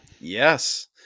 Yes